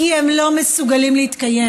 כי הם לא מסוגלים להתקיים,